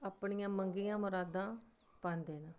अपनियां मंग्गियां मरादां पांदे न